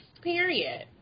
period